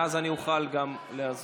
ואז אני אוכל גם להזמין.